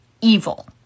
Evil